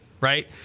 right